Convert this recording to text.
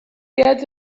get